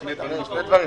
שני דברים.